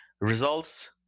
Results